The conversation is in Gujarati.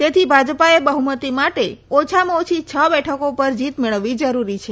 તેથી ભાજપાએ બહ્મતી માટે ઓછામાં ઓછી છ બેઠકો પર જીત મેળવવી જરૂરી છે